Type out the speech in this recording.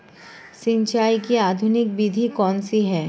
सिंचाई की आधुनिक विधि कौन सी है?